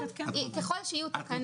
ככל שיהיו תקנות.